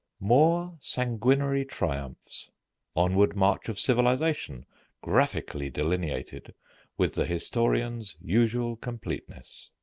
more sanguinary triumphs onward march of civilization graphically delineated with the historian's usual completeness.